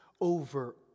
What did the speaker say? over